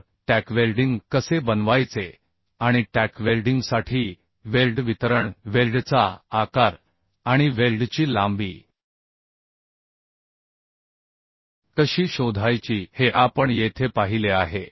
तर tack welding कसे बनवायचे आणि टॅक वेल्डिंगसाठी वेल्ड वितरण वेल्डचा आकार आणि वेल्डची लांबी कशी शोधायची हे आपण येथे पाहिले आहे